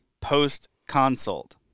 post-consult